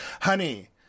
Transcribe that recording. Honey